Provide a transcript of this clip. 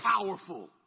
powerful